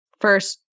first